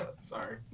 Sorry